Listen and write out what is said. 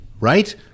right